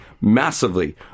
massively